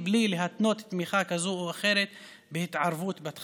הוא חוטף גם מהמשטרה וגם מהלחצים שמפעילה המשטרה על הבעלים של